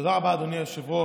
תודה רבה, אדוני היושב-ראש.